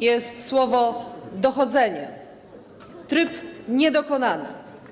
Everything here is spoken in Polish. jest słowo „dochodzenie”, tryb niedokonany.